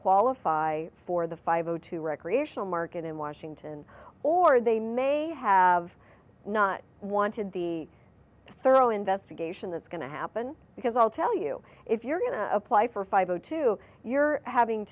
qualify for the five to recreational market in washington or they may have not wanted the thorough investigation that's going to happen because i'll tell you if you're going to apply for five o two you're having